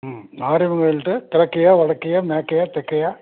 ம் மாரியம்மன் கோயில்கிட்ட கெழக்கையா வடக்கேயா மேற்கேயா தெற்கேயா